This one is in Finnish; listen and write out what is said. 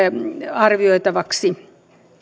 arvioitavaksi